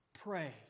Pray